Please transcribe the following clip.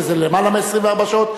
וזה למעלה מ-24 שעות.